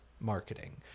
marketing